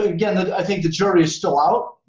again i think the jury is still out.